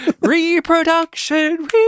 Reproduction